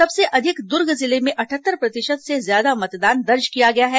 सबसे अधिक दुर्ग जिले में अटहत्तर प्रतिशत से ज्यादा मतदान दर्ज किया गया है